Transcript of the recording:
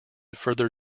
further